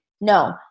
No